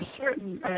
certain